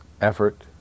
effort